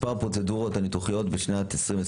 מספר הפרוצדורות הניתוחיות בשנת 2021,